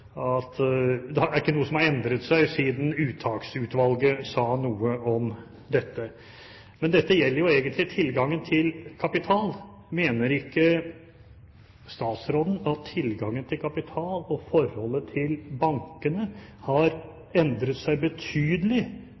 det ikke er noe som har endret seg siden Uttaksutvalget sa noe om dette. Men dette gjelder egentlig tilgangen til kapital. Mener ikke statsråden at tilgangen til kapital og forholdet til bankene har endret seg betydelig